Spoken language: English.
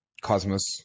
Cosmos